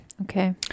Okay